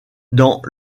dans